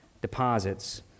deposits